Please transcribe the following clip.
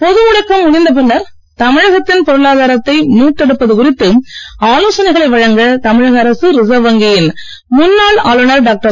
பொது முடக்கம் முடிந்த பின்னர் தமிழகத்தின் பொருளாதாரத்தை மீட்டெடுப்பது குறித்து ஆலோசனைகளை வழங்க தமிழக அரசு ரிசர்வ் வங்கியின் முன்னாள் ஆளுநர் டாக்டர்